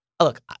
Look